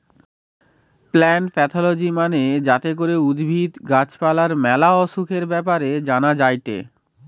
plant pathology মানে যাতে করে উদ্ভিদ, গাছ পালার ম্যালা অসুখের ব্যাপারে জানা যায়টে